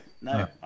No